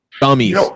dummies